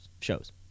shows